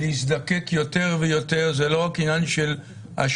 להזדקק יותר ויותר זה לא רק עניין של השופטים,